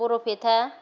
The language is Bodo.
बर'फेता